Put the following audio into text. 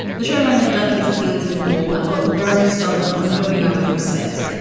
the show runner dug his heels in more and got very stubborn on knowing i was upset.